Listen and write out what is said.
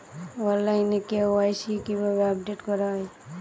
অনলাইনে কে.ওয়াই.সি কিভাবে আপডেট করা হয়?